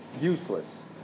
useless